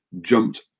jumped